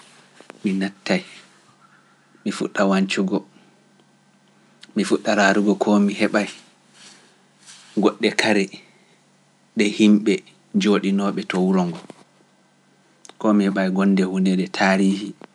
Mi nattay, mi fuɗɗa wancugo, mi fuɗɗa raarugo, ko mi heɓa goɗɗe kare ɗe himɓe jooɗinoo ɓe to wuro ngo, ko mi heɓa gonde hunde nde tariiki.